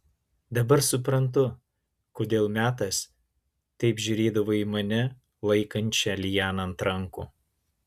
dabar suprantu kodėl metas taip žiūrėdavo į mane laikančią lianą ant rankų